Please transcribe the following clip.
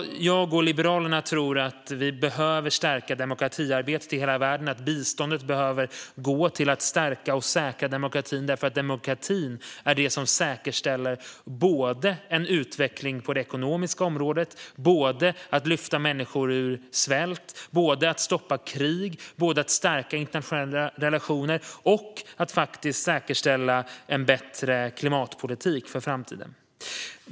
Jag och Liberalerna tror att man behöver stärka demokratiarbetet i hela världen. Biståndet bör gå till att stärka och säkra demokratin. Demokrati är det som säkerställer en utveckling på det ekonomiska området, att lyfta människor ur svält, att stoppa krig, att stärka internationella relationer och att säkerställa en bättre klimatpolitik för framtiden.